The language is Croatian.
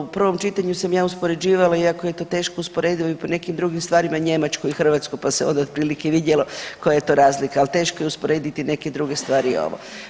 U prvom čitanju sam ja uspoređivala iako je to teško usporedivo i po nekim drugim stvarima Njemačku i Hrvatsku pa se onda otprilike vidjelo koja je to razlika, ali teško je usporediti neke druge stvari i ovo.